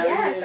Yes